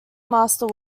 master